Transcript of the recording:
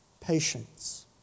patience